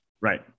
Right